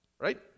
Right